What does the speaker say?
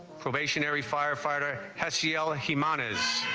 probationary firefighter has she'll he monitors.